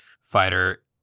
fighter